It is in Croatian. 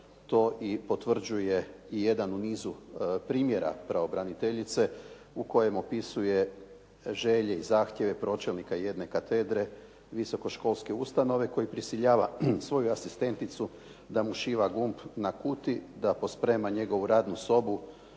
To i potvrđuje i jedan u nizu primjera pravobraniteljice u kojem opisuje želje i zahtjeve pročelnika jedne katedre, visokoškolske ustanove koji prisiljava svoju asistenticu da mu šiva gumb na kuti da posprema njegovu radnu sobu,